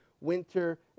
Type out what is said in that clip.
winter